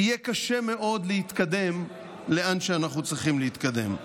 יהיה קשה מאוד להתקדם לאן שאנחנו צריכים להתקדם.